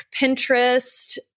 Pinterest